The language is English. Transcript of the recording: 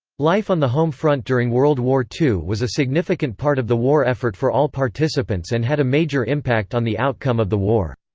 life on the home front during world war ii was a significant part of the war effort for all participants and had a major impact on the outcome of the war.